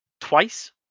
twice